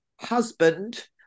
husband